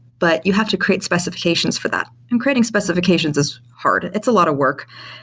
but you have to create specifications for that. and creating specifications is hard. it's a lot of work.